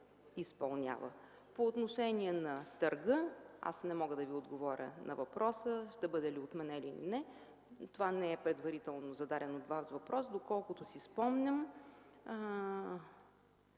По отношение на търга, аз не мога да отговоря на въпроса Ви – ще бъде отменен или не, това не е предварително зададен от Вас въпрос. Доколкото си спомням,